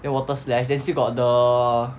then water slash then still got the